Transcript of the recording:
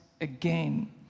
again